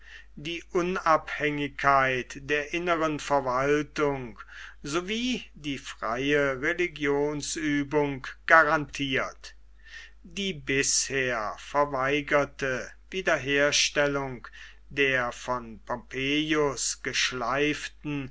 die unabhängigkeit der inneren verwaltung sowie die freie religionsübung garantiert die bisher verweigerte wiederherstellung der von pompeius geschleiften